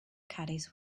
caddies